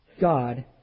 God